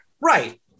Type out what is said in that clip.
Right